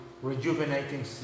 rejuvenating